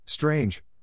strange